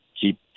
keep